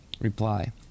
reply